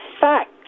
facts